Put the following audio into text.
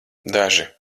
daži